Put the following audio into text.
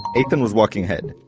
eytan was walking ahead,